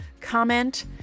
comment